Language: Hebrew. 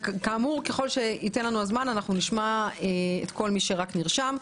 ככל שיינתן לנו הזמן אנחנו נשמע את כל מי שנרשם.